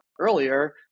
earlier